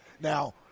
Now